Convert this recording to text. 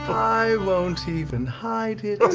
i won't even hide it.